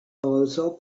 also